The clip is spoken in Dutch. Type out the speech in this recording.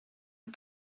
een